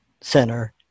center